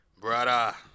brother